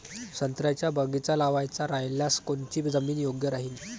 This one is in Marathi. संत्र्याचा बगीचा लावायचा रायल्यास कोनची जमीन योग्य राहीन?